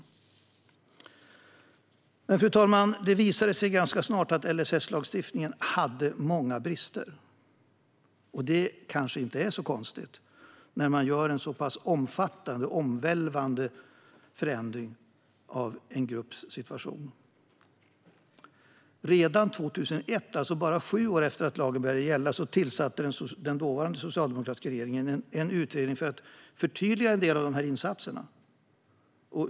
Fru talman! Det visade sig ganska snart att LSS-lagstiftningen hade många brister, något som kanske inte är så konstigt när man gör en så pass omfattande och omvälvande förändring av situationen för en grupp. Redan 2001, bara sju år efter att lagen började gälla, tillsatte därför den dåvarande socialdemokratiska regeringen en utredning för att förtydliga en del av de här insatserna.